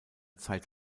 zeit